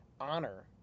honor